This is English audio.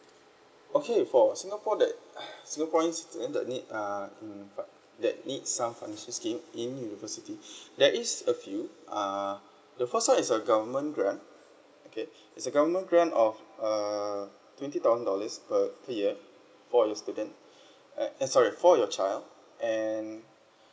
okay for singapore that ugh singaporeans citiz~ that need uh in f~ that needs some financial assistance scheme in university there is a few uh the first one is our government grant okay it's a government grant of uh twenty thousand dollars per per year for your student uh sorry for your child and